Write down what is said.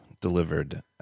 delivered